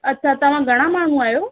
अच्छा तव्हां घणा माण्हू आहियो